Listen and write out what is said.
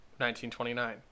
1929